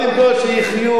שיחיו,